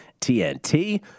TNT